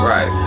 Right